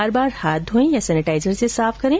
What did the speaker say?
बार बार हाथ धोएं या सेनेटाइजर से साफ करें